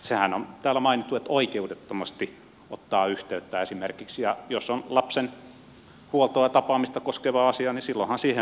sehän on täällä mainittu että oikeudettomasti ottaa yhteyttä esimerkiksi ja jos on lapsen huoltoa ja tapaamista koskeva asia niin silloinhan siihen on oikeutus